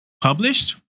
published